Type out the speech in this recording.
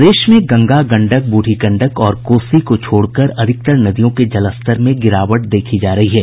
प्रदेश में गंगा गंडक बूढ़ी गंडक और कोसी को छोड़कर ज्यादातर नदियों के जलस्तर में गिरावट देखी जा रही है